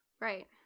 Right